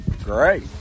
great